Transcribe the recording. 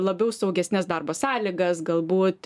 labiau saugesnes darbo sąlygas galbūt